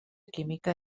química